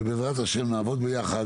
ובעזרת השם נעבוד ביחד,